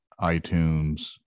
iTunes